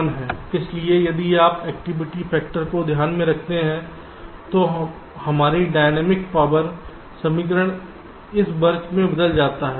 इसलिए यदि आप एक्टिविटी फैक्टर को ध्यान में रखते हैं तो हमारी डायनेमिक पावर समीकरण इस वर्ग में बदल जाता है